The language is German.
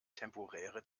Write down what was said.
temporäre